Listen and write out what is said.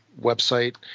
website